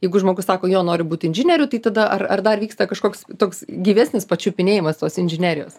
jeigu žmogus sako jo nori būt inžinieriu tai tada ar ar dar vyksta kažkoks toks gyvesnis pačiupinėjimas tos inžinerijos